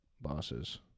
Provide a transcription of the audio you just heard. Bosses